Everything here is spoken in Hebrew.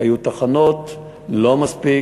היו תחנות, לא מספיק,